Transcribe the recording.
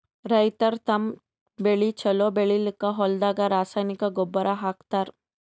ರೈತರ್ ತಮ್ಮ್ ಬೆಳಿ ಛಲೋ ಬೆಳಿಲಿಕ್ಕ್ ಹೊಲ್ದಾಗ ರಾಸಾಯನಿಕ್ ಗೊಬ್ಬರ್ ಹಾಕ್ತಾರ್